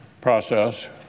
process